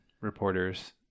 reporters